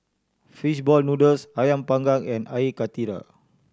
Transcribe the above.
fish ball noodles Ayam Panggang and Air Karthira